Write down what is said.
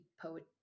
poet